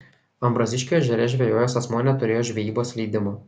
ambraziškių ežere žvejojęs asmuo neturėjo žvejybos leidimo